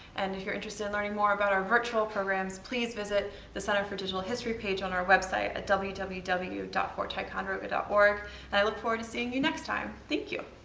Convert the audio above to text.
and if you are interested in learning more about our virtual programs, please visit the center for digital history page on our website at www www dot forttticonderoga dot org and i look forward to seeing you next time. thank you!